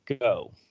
go